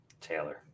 Taylor